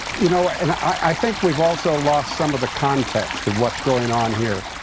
you know and i think we've also lost some of the context of what's going on here.